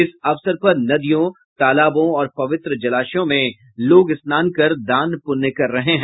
इस अवसर पर नदियों तालाबों और पवित्र जलाशयों में लोग स्नान कर दान पुण्य कर रहे हैं